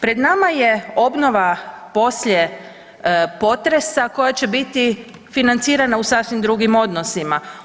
Pred nama je obnova poslije potresa koja će biti financirana u sasvim drugim odnosima.